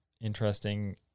interesting